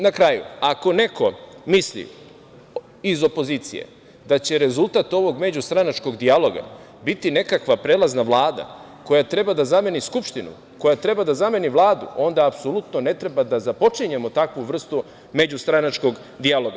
Na kraju, ako neko iz opozicije misli da će rezultat ovog međustranačkog dijaloga biti nekakva prelazna vlada, koja treba da zameni Skupštinu, koja treba da zameni Vladu, onda apsolutno ne treba da započinjemo takvu vrstu međustranačkog dijaloga.